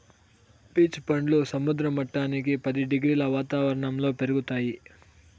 peach పండ్లు సముద్ర మట్టానికి పది డిగ్రీల వాతావరణంలో పెరుగుతాయి